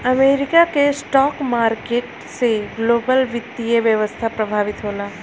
America के stock market से global वित्तीय व्यवस्था प्रभावित होला